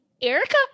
Erica